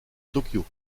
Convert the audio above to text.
tokyo